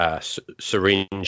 syringe